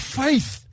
faith